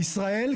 בישראל,